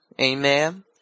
Amen